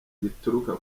gituruka